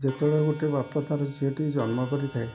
ଯେତେବେଳେ ଗୋଟେ ବାପ ତା'ର ଝିଅଟି ଜନ୍ମ କରିଥାଏ